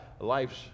life's